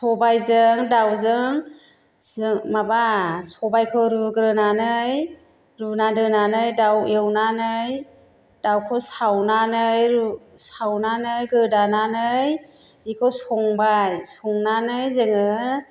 सबाइजों दाउजों माबा सबाइखौ रुग्रोनानै रुना दोनानै दाउ एवनानै दाउखौ सावनानै रुह सावानानै गोदानानै बेखौ संबाय संनानै जोङो